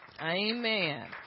amen